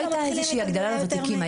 לא הייתה איזו הגדלה משמעותית לוותיקים.